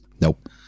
Nope